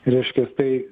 reiškias tai